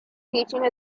teaching